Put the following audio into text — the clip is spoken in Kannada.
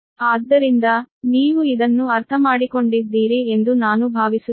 ಆದ್ದರಿಂದ ನೀವು ಇದನ್ನು ಅರ್ಥಮಾಡಿಕೊಂಡಿದ್ದೀರಿ ಎಂದು ನಾನು ಭಾವಿಸುತ್ತೇನೆ